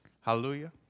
Hallelujah